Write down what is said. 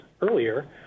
earlier